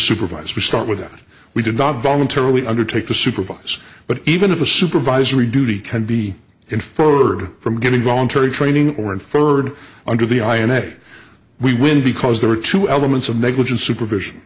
supervise we start with that we did not voluntarily undertake to supervise but even if a supervisory duty can be inferred from getting voluntary training or inferred under the i and i we win because there are two elements of negligent supervision